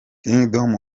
kingdom